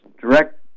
direct